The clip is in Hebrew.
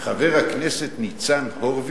חבר הכנסת ניצן הורוביץ,